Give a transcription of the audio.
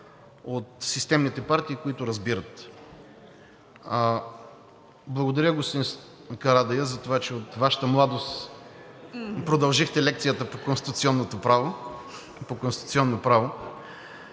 от системните партии, които разбират. Благодаря Ви, господин Карадайъ, за това, че от Вашата младост продължихте лекцията по конституционно право.